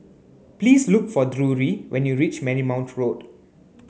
please look for Drury when you reach Marymount Road